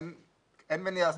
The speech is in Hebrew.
אין מניעה.